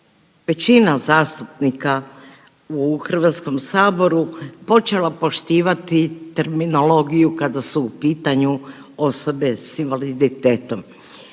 većina zastupnika u HS-u počela poštivati terminologiju kada su u pitanju osobe s invaliditetom.